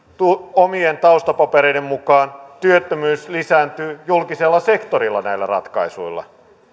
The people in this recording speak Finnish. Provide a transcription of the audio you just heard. omien taustapapereiden mukaan työttömyys lisääntyy julkisella sektorilla näillä ratkaisuilla